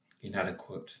inadequate